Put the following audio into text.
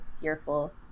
fearful